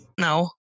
no